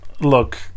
Look